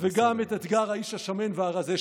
וגם את אתגר האיש השמן והרזה,